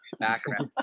background